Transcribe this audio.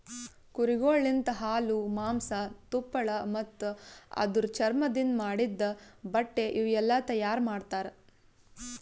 ಕುರಿಗೊಳ್ ಲಿಂತ ಹಾಲು, ಮಾಂಸ, ತುಪ್ಪಳ ಮತ್ತ ಅದುರ್ ಚರ್ಮದಿಂದ್ ಮಾಡಿದ್ದ ಬಟ್ಟೆ ಇವುಯೆಲ್ಲ ತೈಯಾರ್ ಮಾಡ್ತರ